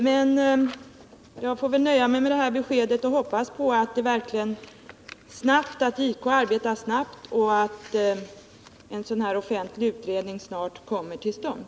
Men jag får väl nöja mig med det här beskedet och hoppas att justitiekanslern verkligen arbetar snabbt och att en offentlig utredning snart kommer till stånd.